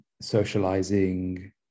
socializing